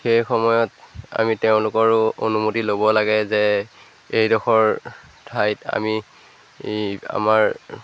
সেই সময়ত আমি তেওঁলোকৰো অনুমতি ল'ব লাগে যে এইডখৰ ঠাইত আমি ই আমাৰ